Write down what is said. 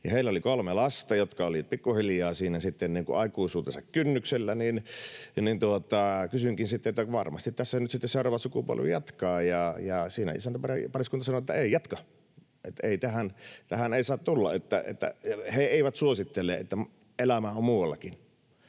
Heillä oli kolme lasta, jotka olivat pikkuhiljaa siinä aikuisuutensa kynnyksellä, ja kysyinkin sitten, että varmasti tässä nyt sitten seuraava sukupolvi jatkaa, ja siinä isäntäpariskunta sanoi, että ei jatka, että tähän ei saa tulla, että he eivät suosittele, elämää on muuallakin.